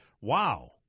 wow